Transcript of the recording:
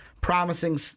promising